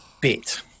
bit